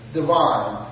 divine